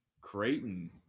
Creighton